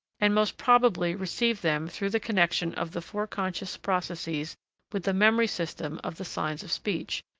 and most probably received them through the connection of the foreconscious processes with the memory system of the signs of speech,